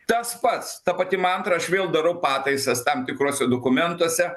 tas pats ta pati mantra aš vėl darau pataisas tam tikruose dokumentuose